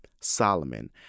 Solomon